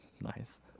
Nice